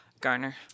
garner